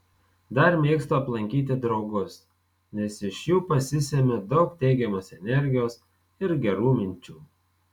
dar mėgstu aplankyti draugus nes iš jų pasisemiu daug teigiamos energijos ir gerų minčių